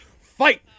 fight